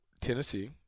Tennessee